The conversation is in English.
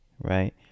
right